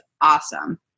awesome